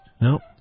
Nope